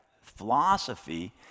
philosophy